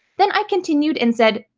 then i continued and said,